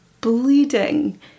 bleeding